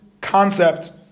concept